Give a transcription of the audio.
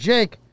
Jake